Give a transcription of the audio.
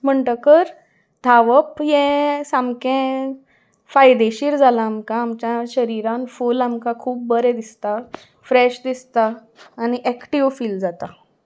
म्हणटकर धांवप हें सामकें फायदेशीर जालां आमकां आमच्या शरिरान फूल आमकां खूब बरें दिसता फ्रेश दिसता आनी एक्टीव फील जाता